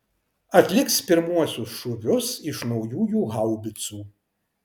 atliks pirmuosius šūvius iš naujųjų haubicų